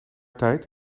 tijd